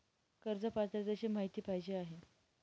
कर्ज पात्रतेची माहिती पाहिजे आहे?